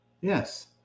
yes